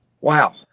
Wow